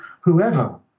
whoever